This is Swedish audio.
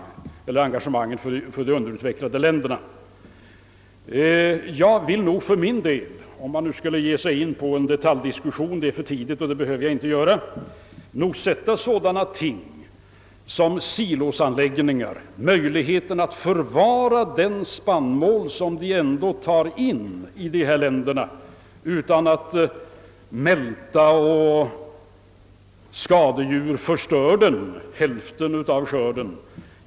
Om jag nu skall ge mig in på en detaljdiskussion — det är egentligen för tidigt för det — så vill jag säga att jag tycker att det är minst lika angeläget att åstadkomma sådana ting som silos, som ger möjlighet att förvara den spannmål som man ändå skördar i dessa länder utan att mälta och skadedjur förstör hälften av skörden.